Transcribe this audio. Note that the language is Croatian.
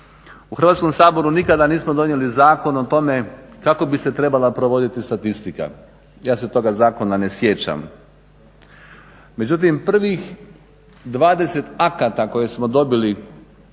U Hrvatskom saboru nikada nismo donijeli zakon o tome kako bi se trebala provoditi statistika. Ja se toga zakona ne sjećam. Međutim, prvih 20 akata koje smo dobili